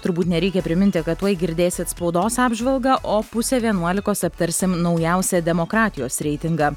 turbūt nereikia priminti kad tuoj girdėsit spaudos apžvalgą o pusę vienuolikos aptarsim naujausią demokratijos reitingą